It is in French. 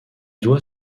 doit